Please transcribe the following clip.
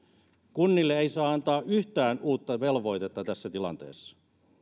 kunnille ei saa antaa yhtään uutta velvoitetta tässä tilanteessa